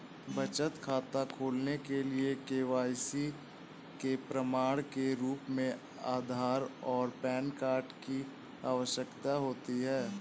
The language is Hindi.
बचत खाता खोलने के लिए के.वाई.सी के प्रमाण के रूप में आधार और पैन कार्ड की आवश्यकता होती है